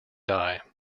die